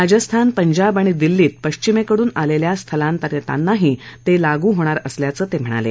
राजस्थान पंजाब आणि दिल्लीत पश्चिमेकडून आलेल्या स्थलांनरितांनाही ते लागू होणार असल्याचं त्यांनी सांगितलं